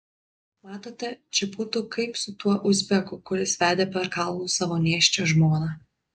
matote čia būtų kaip su tuo uzbeku kuris vedė per kalnus savo nėščią žmoną